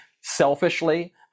selfishly